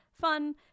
fun